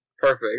Perfect